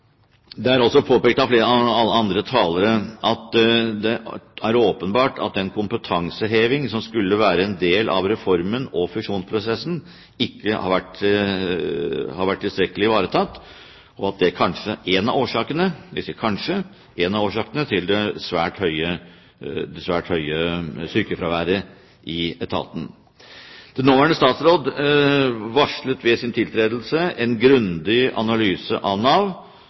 Det er også påpekt av andre talere at det er åpenbart at den kompetanseheving som skulle være en del av reformen og fusjonsprosessen, ikke har vært tilstrekkelig ivaretatt, og at det kanskje – jeg sier kanskje – er en av årsakene til det svært høye sykefraværet i etaten. Den nåværende statsråd varslet ved sin tiltredelse en grundig analyse av Nav